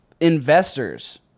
investors